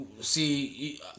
see